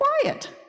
quiet